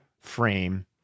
frame